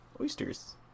Oysters